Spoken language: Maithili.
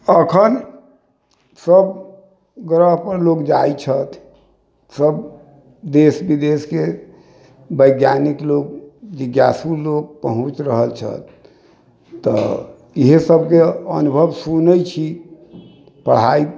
एखन सभ ग्रहपर लोक जाइ छथि सभ देश विदेशके वैज्ञानिक लोक जिज्ञासु लोक पहुँचि रहल छथि तऽ इएहसभके अनुभव सुनै छी पढ़ाइ